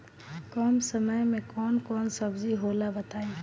कम समय में कौन कौन सब्जी होला बताई?